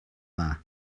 dda